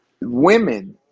Women